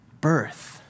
birth